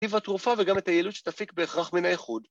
‫טיב התרופה וגם את היעילות ‫שתפיק בהכרח מן היחוד.